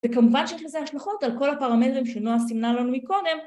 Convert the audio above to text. ‫וכמובן שיש לזה השלכות על כל הפרמטרים ‫שנועה סימנה לנו מקודם.